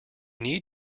need